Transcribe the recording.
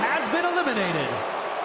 has been eliminated.